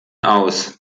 aus